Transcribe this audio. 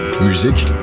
musique